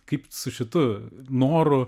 kaip su šitu noru